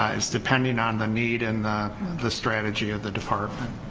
it's depending on the need and the strategy of the department.